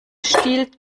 stiehlt